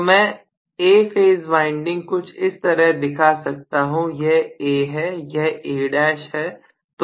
तो मैं A phase winding कुछ इस तरह दिखा सकता हूं यह A है यह A' है